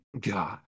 God